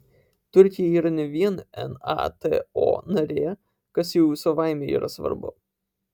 turkija yra ne vien nato narė kas jau savaime yra svarbu